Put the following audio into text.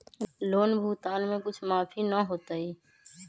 Loan भुगतान में कुछ माफी न होतई?